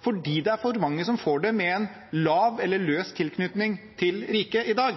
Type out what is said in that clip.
fordi for mange med en lav eller løs tilknytning til riket i dag